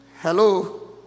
Hello